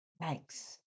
thanks